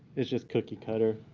it's just cookie cutter.